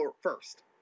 first